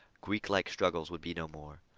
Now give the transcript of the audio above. greeklike struggles would be no more.